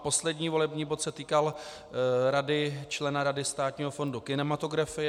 Poslední volební bod se týkal člena Rady Státního fondu kinematografie.